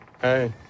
Hey